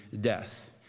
death